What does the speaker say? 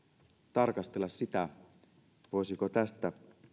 tarkastella sitä voisiko tästä